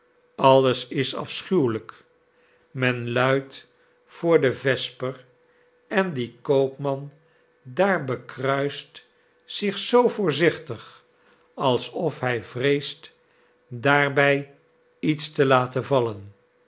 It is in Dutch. alles is afschuwelijk men luidt voor de vesper en die koopman daar bekruist zich zoo voorzichtig alsof hij vreest daarbij iets te laten vallen